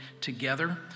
together